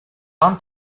pan